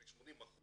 הרי 80%